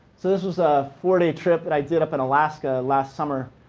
this was a four day trip but i did up in alaska last summer.